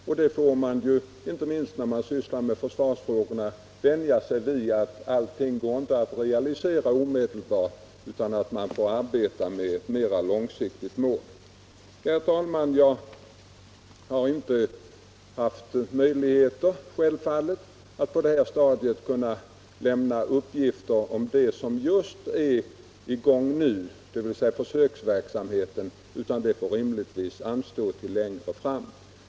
Och inte minst när man sysslar med försvarsfrågor får man vänja sig vid att allting inte går att realisera omedelbart utan att man får arbeta med ett mer långsiktigt mål. Herr talman! Jag har självfallet inte haft möjligheter att på det här stadiet lämna uppgifter om den försöksverksamhet som pågår just nu, utan det får rimligtvis anstå till längre fram.